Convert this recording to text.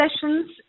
Sessions